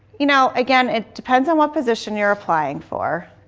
you know again, it depends on what position you're applying for.